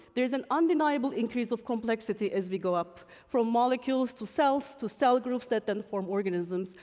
there's an undeniable increase of complexity as we go up. from molecules to cells, to cell groups that then form organisms.